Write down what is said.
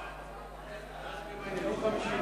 סעיפים 1 2